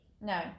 no